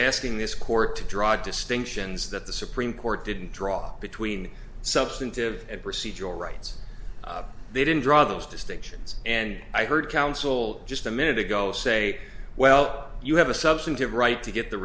asking this court to draw distinctions that the supreme court didn't draw between substantive and procedural rights they didn't draw those distinctions and i heard counsel just a minute ago say well you have a substantive right to get the